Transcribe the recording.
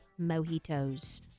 mojitos